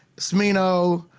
sweeno.